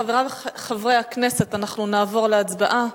חברי חברי הכנסת, אנחנו נעבור להצבעה.